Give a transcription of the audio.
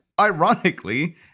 ironically